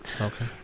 Okay